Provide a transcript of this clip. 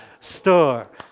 store